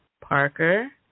Parker